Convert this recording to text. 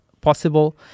possible